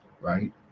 right